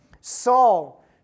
Saul